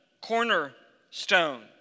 cornerstone